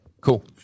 cool